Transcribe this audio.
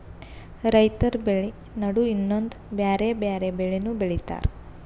ರೈತರ್ ಬೆಳಿ ನಡು ಇನ್ನೊಂದ್ ಬ್ಯಾರೆ ಬ್ಯಾರೆ ಬೆಳಿನೂ ಬೆಳಿತಾರ್